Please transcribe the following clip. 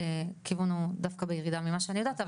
הכיוון הוא דווקא בירידה ממה שאני יודעת,